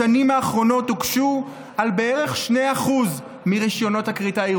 בשנים האחרונות הוגשו ערעורים בערך על 2% מרישיונות הכריתה.